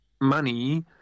money